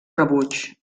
rebuig